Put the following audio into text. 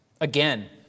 Again